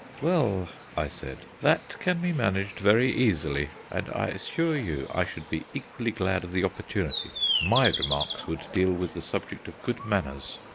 well, i said, that can be managed very easily, and i assure you i should be equally glad of the opportunity. my remarks would deal with the subject of good manners.